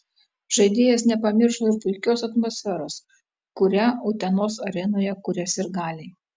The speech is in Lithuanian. žaidėjas nepamiršo ir puikios atmosferos kurią utenos arenoje kuria sirgaliai